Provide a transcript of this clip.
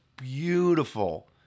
beautiful